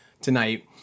tonight